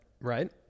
Right